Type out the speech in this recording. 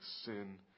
sin